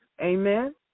Amen